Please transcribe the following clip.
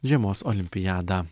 žiemos olimpiadą